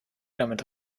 damit